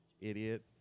idiot